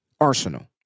arsenal